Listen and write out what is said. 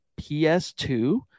PS2